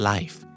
Life